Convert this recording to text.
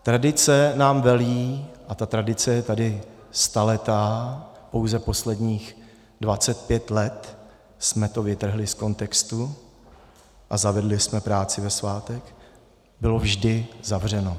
Tradice nám velí, a ta tradice je tady staletá, pouze posledních 25 let jsme to vytrhli z kontextu a zavedli jsme práci ve svátek bylo vždy zavřeno.